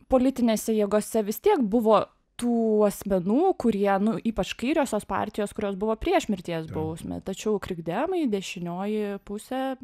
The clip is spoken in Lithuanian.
politinėse jėgose vis tiek buvo tų asmenų kurie nu ypač kairiosios partijos kurios buvo prieš mirties bausmę tačiau krikdemai dešinioji pusė